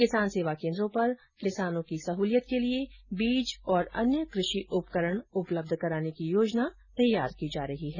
किसान सेवा केन्द्रों पर किसानों की सहुलियत के लिए बीज और अन्य कृषि उपकरण उपलब्ध कराने की योजना तैयार की जा रही है